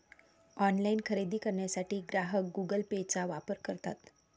online खरेदी करण्यासाठी ग्राहक गुगल पेचा वापर करतात